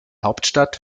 hauptstadt